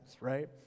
right